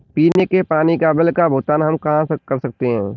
पीने के पानी का बिल का भुगतान हम कहाँ कर सकते हैं?